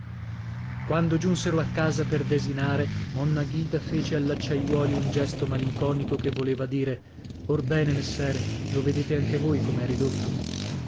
quando giunsero a casa per desinare monna ghita fece all'acciaiuoli un gesto malinconico che voleva dire orbene messere lo vedete anche voi come è ridotto